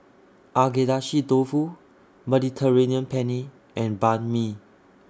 Agedashi Dofu Mediterranean Penne and Banh MI